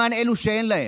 למען אלה שאין להם.